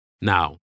Now